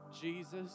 Jesus